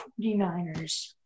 49ers